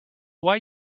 why